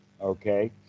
Okay